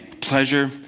pleasure